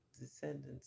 descendants